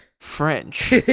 French